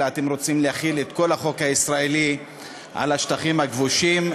אלא אתם רוצים להחיל את כל החוק הישראלי על השטחים הכבושים.